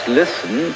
listen